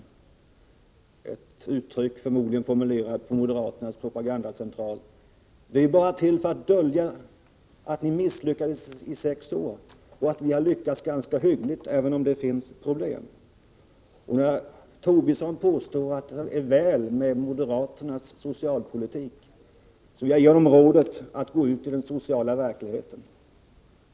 Det är förmodligen ett uttryck som är formulerat på moderaternas propagandacentral och som bara är till för att dölja att ni misslyckades under sex år och att vi har lyckats ganska hyggligt, även om det finns problem. När Lars Tobisson påstår att det är väl beställt med moderaternas socialpolitik vill jag ge honom rådet att gå ut i den sociala verkligheten.